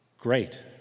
great